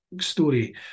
story